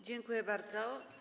Dziękuję bardzo.